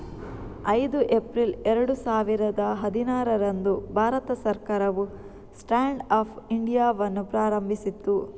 ಐದು ಏಪ್ರಿಲ್ ಎರಡು ಸಾವಿರದ ಹದಿನಾರರಂದು ಭಾರತ ಸರ್ಕಾರವು ಸ್ಟ್ಯಾಂಡ್ ಅಪ್ ಇಂಡಿಯಾವನ್ನು ಪ್ರಾರಂಭಿಸಿತು